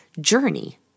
journey